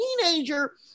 teenager